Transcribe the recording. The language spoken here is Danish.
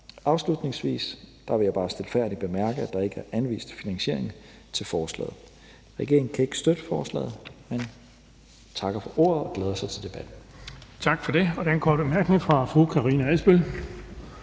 Afslutningsvis vil jeg bare stilfærdigt bemærke, at der ikke er anvist finansiering til forslaget. Regeringen kan ikke støtte forslaget, men takker for ordet og glæder sig til debatten. Kl. 15:32 Den fg. formand (Erling